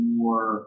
more